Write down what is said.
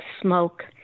smoke